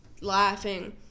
laughing